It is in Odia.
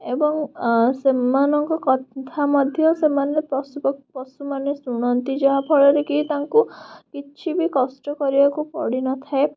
ଏବଂ ଅ ସେମାନଙ୍କ କଥା ମଧ୍ୟ ସେମାନେ ପଶୁମାନେ ଶୁଣନ୍ତି ଯାହାଫଳରେ କି ତାଙ୍କୁ କିଛି ବି କଷ୍ଟ କରିବାକୁ ପଡ଼ି ନ ଥାଏ